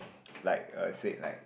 like uh said like